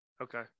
Okay